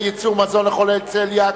ייצור מזון לחולי צליאק,